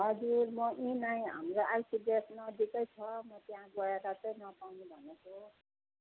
हजुर म यहीँ नै हाम्रो आइसिडिएस नजिकै छ म त्यहाँ गएर चाहिँ नपाउनु भनेको